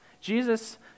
Jesus